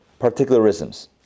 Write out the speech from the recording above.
particularisms